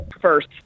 first